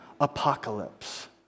apocalypse